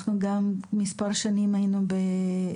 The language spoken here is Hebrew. אנחנו היינו מספר שנים בשיחות